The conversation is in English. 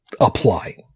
apply